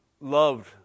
loved